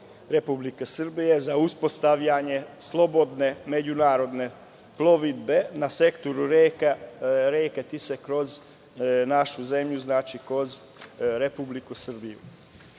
Republike Srbije za uspostavljanje slobodne međunarodne plovidbe na sektoru reke Tise kroz našu zemlju, kroz Republiku